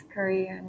Korean